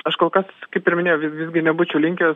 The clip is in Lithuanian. aš kol kas kaip ir minėjau vis visgi nebūčiau linkęs